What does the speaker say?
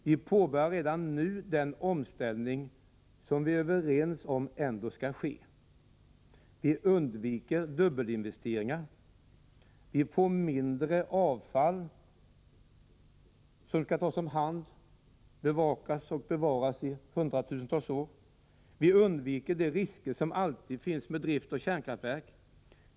Vi påbörjar redan nu den omställning som vi är överens om ändå skall ske. Vi undviker dubbelinvesteringar. Vi får mindre avfall som skall tas om hand, bevakas och bevaras i hundratusentals år. Vi undviker de risker som det alltid finns med drift av kärnkraftverk.